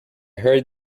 heard